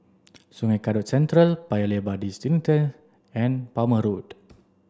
Sungei Kadut Central Paya Lebar Districentre and Palmer Road